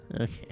Okay